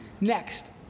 Next